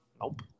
Nope